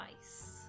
ice